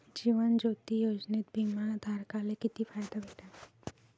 जीवन ज्योती योजनेत बिमा धारकाले किती फायदा भेटन?